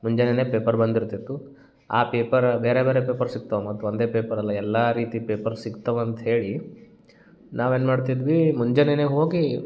ಮುಂಜಾನೆಯೇ paper ಬಂದಿರ್ತಿತ್ತು ಆ paper ಬೇರೆ ಬೇರೆ ಪೇಪರ್ ಸಿಕ್ತವೆ ಮತ್ತು ಒಂದೇ ಪೇಪರ್ ಅಲ್ಲ ಎಲ್ಲ ರೀತಿ ಪೇಪರ್ ಸಿಕ್ತವೆ ಅಂತ್ಹೇಳಿ ನಾವು ಏನು ಮಾಡ್ತಿದ್ವಿ ಮುಂಜಾನೆಯೇ ಹೋಗಿ